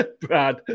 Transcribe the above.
Brad